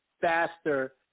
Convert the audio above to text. faster